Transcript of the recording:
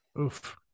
Oof